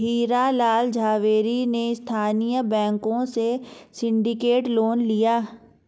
हीरा लाल झावेरी ने स्थानीय बैंकों से सिंडिकेट लोन लिया